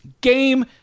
game